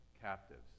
captives